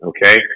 Okay